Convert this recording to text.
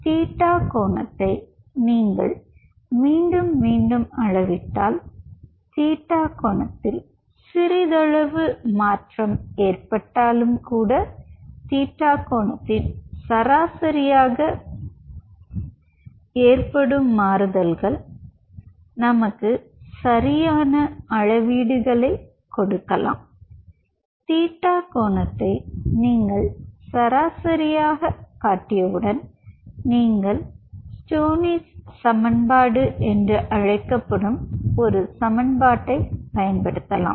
இந்த தீட்டா கோணத்தை நீங்கள் மீண்டும் மீண்டும் அளவிட்டால் தீட்டா கோணத்தில் சிறிதளவு மாற்றம் ஏற்பட்டாலும் கூட தீட்டா கோணத்தின் சராசரியாக ஏற்படும் மாறுதல்கள் நமக்கு சரியான அளவீடுகளை கொடுக்கலாம் தீட்டா கோணத்தை நீங்கள் சராசரியாகக் காட்டியவுடன் நீங்கள் ஸ்டோனிஸ் சமன்பாடு Stoney's equation என்று அழைக்கப்படும் ஒரு சமன்பாட்டைப் பயன்படுத்தலாம்